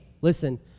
listen